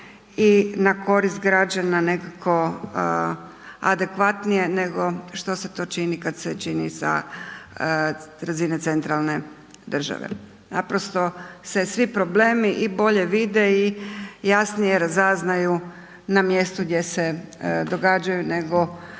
i na korist građana nekako adekvatnije nego što se to čini kada se čini sa razine centralne države. Naprosto se svi problemi i bolje vide i jasnije razaznaju na mjestu gdje se događaju nego